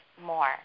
more